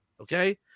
Okay